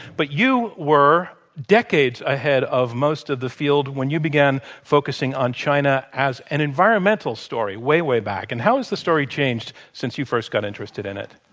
but you were decades ahead of most of the field when you began focusing on china as an environmental story, way, way back. and how has the story changed since you first got interested in it?